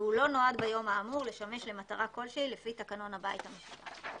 והוא לא נועד ביום האמור לשמש למטרה כלשהי לפי תקנון הבית המשותף.